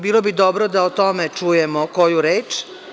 Bilo bi dobro da o tome čujemo koju reč.